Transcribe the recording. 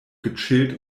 gechillt